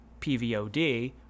PVOD